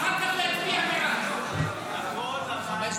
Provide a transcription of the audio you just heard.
מותר לפי התקנון גם להתנגד וגם להצביע בעד.